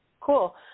Cool